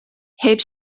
heb